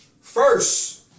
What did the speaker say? first